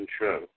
show